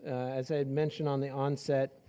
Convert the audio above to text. as i had mentioned on the onset,